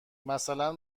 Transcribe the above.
مثلا